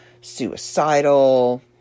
suicidal